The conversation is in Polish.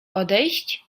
odejść